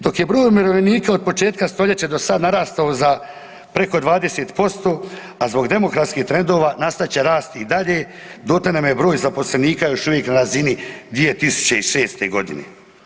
Dok je broj umirovljenika od početka stoljeća do sada narastao za preko 20%, a zbog demografskih trendova nastat će rast i dalje dotle nam je broj zaposlenika još uvijek na razini 2006. godine.